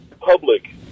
public